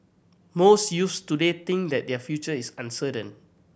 most youths today think that their future is uncertain